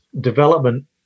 development